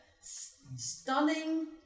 stunning